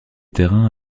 terrain